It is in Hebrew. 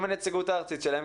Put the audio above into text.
עם הנציגות הארצית שלהם,